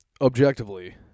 objectively